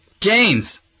James